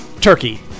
turkey